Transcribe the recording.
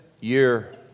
year